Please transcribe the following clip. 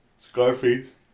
Scarface